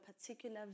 particular